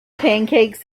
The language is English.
pancakes